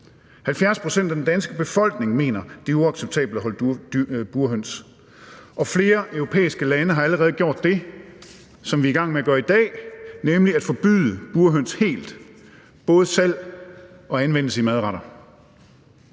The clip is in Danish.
70 pct. af den danske befolkning mener, at det er uacceptabelt at holde burhøns, og flere europæiske lande har allerede gjort det, som vi er i gang med at gøre i dag, nemlig at forbyde burhøns helt, både salg og anvendelse i madretter.